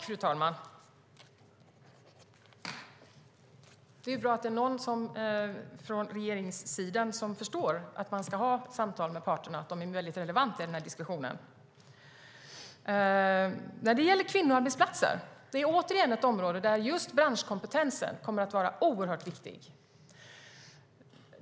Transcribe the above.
Fru talman! Det är bra att det är någon från regeringssidan som förstår att man ska ha samtal med parterna och att de är väldigt relevanta i diskussionen. När det gäller kvinnoarbetsplatser är det återigen ett område där just branschkompetensen kommer att vara oerhört viktig.